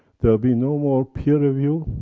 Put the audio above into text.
there will be no more peer review,